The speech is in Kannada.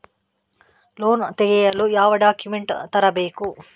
ಲೋನ್ ತೆಗೆಯಲು ಯಾವ ಡಾಕ್ಯುಮೆಂಟ್ಸ್ ಅನ್ನು ತರಬೇಕು?